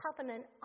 covenant